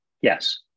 Yes